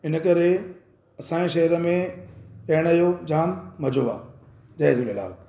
इन करे असांजे शहर में रहण जो जामु मज़ो आहे जय झूलेलाल